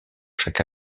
chaque